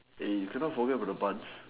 you cannot forget about the buns